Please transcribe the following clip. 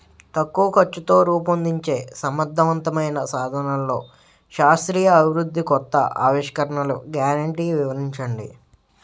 తక్కువ ఖర్చుతో రూపొందించే సమర్థవంతమైన సాధనాల్లో శాస్త్రీయ అభివృద్ధి కొత్త ఆవిష్కరణలు గ్యారంటీ వివరించండి?